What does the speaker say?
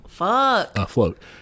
afloat